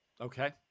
Okay